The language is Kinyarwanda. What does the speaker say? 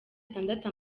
itandatu